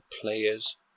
player's